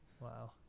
Wow